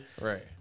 right